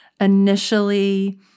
initially